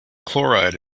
chloride